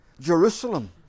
Jerusalem